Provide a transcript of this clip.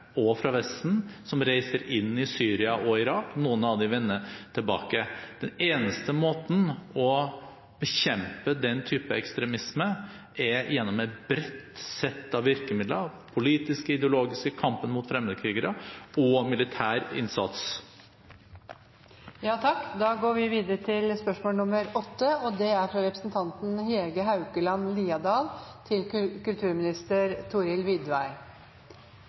også fra Vesten – som reiser inn i Syria og Irak, og noen av dem vender tilbake. Den eneste måten å bekjempe den typen ekstremisme på er gjennom et bredt sett av virkemidler – politiske, ideologiske, kamp mot fremmedkrigere og militær innsats. «Stortinget har flere ganger slått fast at Det Norske Teatret og Nationaltheatret er